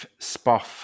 Spoff